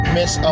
Miss